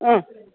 ആ